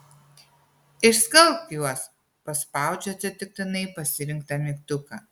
išskalbk juos paspaudžiu atsitiktinai pasirinktą mygtuką